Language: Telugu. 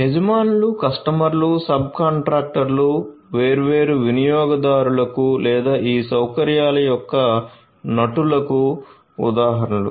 యజమానులు కస్టమర్లు సబ్ కాంట్రాక్టర్లు వేర్వేరు వినియోగదారులకు లేదా ఈ సౌకర్యాల యొక్క నటులకు ఉదాహరణలు